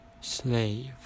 slave